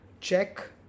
check